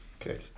Okay